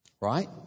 Right